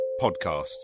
podcasts